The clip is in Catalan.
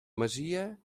masia